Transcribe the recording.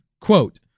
quote